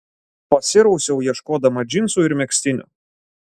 pasirausiau ieškodama džinsų ir megztinio